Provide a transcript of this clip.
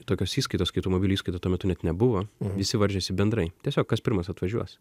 tokios įskaitos kaip automobilių įskaita tuo metu net nebuvo visi varžėsi bendrai tiesiog kas pirmas atvažiuos